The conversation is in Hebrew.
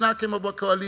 תנהג כמו בקואליציה.